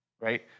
right